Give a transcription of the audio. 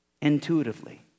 intuitively